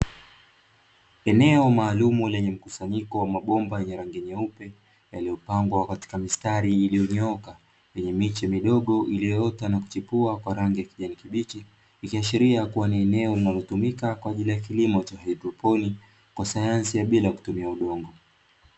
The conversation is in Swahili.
Eneo maalumu lenye mkusanyiko wa mabomba yenye rangi nyeupe yaliyopangwa katika mistari iliyonyooka yenye miche midogo iliyoota na kuchipua kwa rangi ya kijani kibichi, ikiashiria kuwa ni eneo linalotumika kwa ajili ya kilimo cha haidroponi kwa sayansi ya bila kutumia udongo.